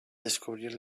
descobrir